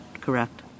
correct